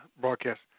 broadcast